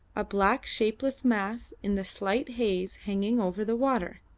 a black shapeless mass in the slight haze hanging over the water.